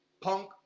punk